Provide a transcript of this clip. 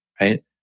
Right